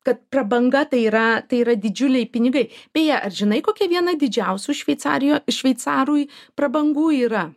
kad prabanga tai yra tai yra didžiuliai pinigai beje ar žinai kokia viena didžiausių šveicarijo šveicarui prabangų yra